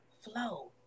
flow